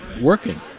working